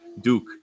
Duke